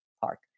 park